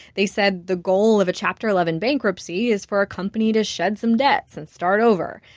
they said the goal of a chapter eleven bankruptcy is for a company to shed some debts and start over.